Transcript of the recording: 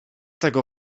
tego